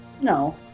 No